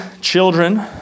children